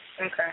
Okay